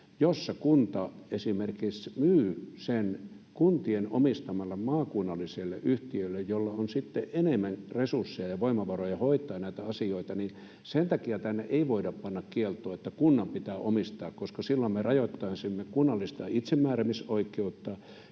jossa kunta esimerkiksi myy sen kuntien omistamalle maakunnalliselle yhtiölle, jolla on sitten enemmän resursseja ja voimavaroja hoitaa näitä asioita. Sen takia tänne ei voida panna kieltoa, niin että kunnan pitää omistaa, koska silloin me rajoittaisimme kunnallista itsemääräämisoikeutta ja